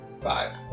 five